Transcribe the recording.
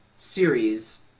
series